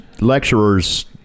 lecturers